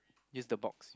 use the box